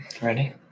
ready